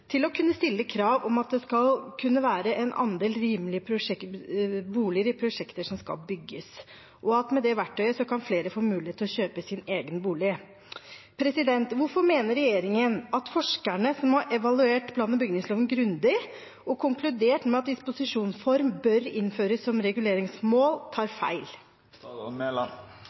til å stille krav om at det skal være en andel rimelige boliger i prosjekter som skal bygges. Med det verktøyet kan flere få mulighet til å kjøpe sin egen bolig. Hvorfor mener regjeringen at forskerne som har evaluert plan- og bygningsloven grundig og konkludert med at disposisjonsform bør innføres som reguleringsformål, tar feil?